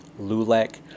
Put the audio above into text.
LULAC